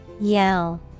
Yell